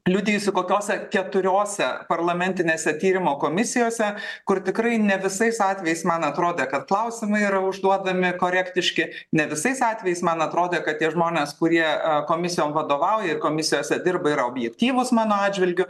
liudijusi kokiose keturiose parlamentinėse tyrimo komisijose kur tikrai ne visais atvejais man atrodė kad klausimai yra užduodami korektiški ne visais atvejais man atrodė kad tie žmonės kurie komisijom vadovauja ir komisijose dirba yra objektyvūs mano atžvilgiu